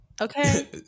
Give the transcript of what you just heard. Okay